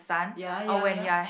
ya ya ya